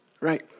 right